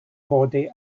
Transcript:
body